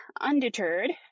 undeterred